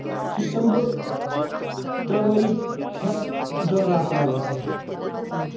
سُہ چھِسَن بہٕ ترے ؤری ہیٚتھ دۄہ راتھ لَگان